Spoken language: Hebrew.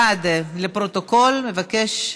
בעד, 41 חברי כנסת,